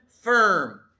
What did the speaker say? firm